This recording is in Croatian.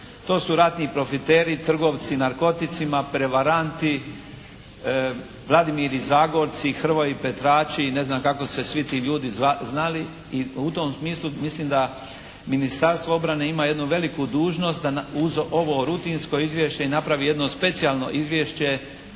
To su ratni profiteri, trgovci narkoticima, prevaranti, Vladimiri Zagorci, Hrvoji Petrači i ne znam kako se svi ti ljudi znali i u tom smislu mislim da Ministarstvo obrane ima jednu veliku dužnost da uz ovo rutinsko izvješće napravi i jedno specijalno izvješće